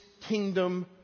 kingdom